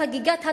זכותה המלאה.